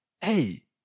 hey